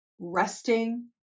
resting